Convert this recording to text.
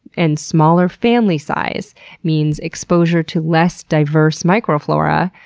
and smaller family size means exposure to less diverse microflora.